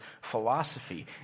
philosophy